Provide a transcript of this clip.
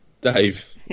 Dave